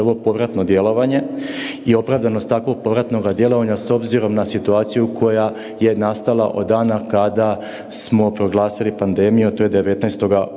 ovo povratno djelovanje i opravdanost takvog povratnog djelovanja s obzirom na situaciju koja je nastala od dana kada smo proglasili pandemiju, a to je 19. ožujka